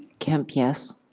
kempe, yes.